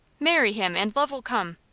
marry him, and love will come.